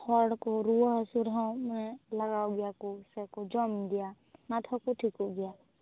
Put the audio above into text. ᱦᱚᱲ ᱠᱚ ᱨᱩᱣᱟ ᱦᱟ ᱥᱩ ᱨᱮᱦᱚᱸ ᱢᱟᱱᱮ ᱞᱟᱜᱟᱣ ᱜᱮᱭᱟ ᱠᱚ ᱥᱮᱠᱚ ᱡᱚᱢ ᱜᱮᱭᱟ ᱚᱱᱟ ᱛᱮᱦᱚᱸ ᱠᱚ ᱴᱷᱤᱠᱚᱜ ᱜᱮᱭᱟ